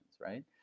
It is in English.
right